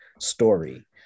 story